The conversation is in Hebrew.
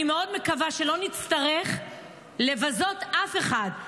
אבל אני מאוד מקווה שלא נצטרך לבזות אף אחד,